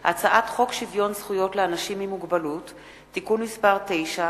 הצעת חוק שירות הקבע בצבא-הגנה לישראל (חיילות בשירות קבע),